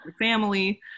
family